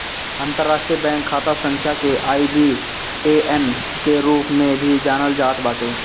अंतरराष्ट्रीय बैंक खाता संख्या के आई.बी.ए.एन के रूप में भी जानल जात बाटे